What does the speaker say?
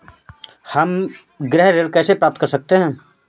हम गृह ऋण कैसे प्राप्त कर सकते हैं?